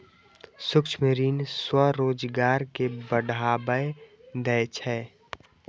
सूक्ष्म ऋण स्वरोजगार कें बढ़ावा दै छै